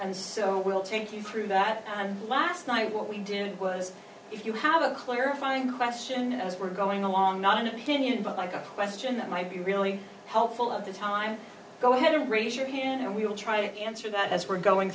and so we'll take you through that time last night what we did was if you have a clarifying question as we're going along not an opinion but like a question that might be really helpful at this time go ahead raise your hand and we'll try to answer that we're going